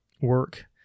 work